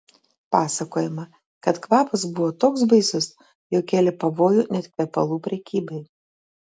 pasakojama kad kvapas buvo toks baisus jog kėlė pavojų net kvepalų prekybai